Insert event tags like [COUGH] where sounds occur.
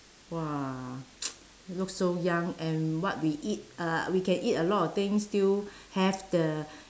!wah! [NOISE] look so young and what we eat uh we can eat a lot of things and still have the